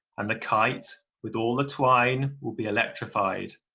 and the kite, with all the twine, will be electrified,